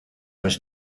was